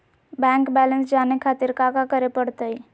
Bank balance जाने खातिर काका करे पड़तई?